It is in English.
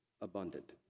abundant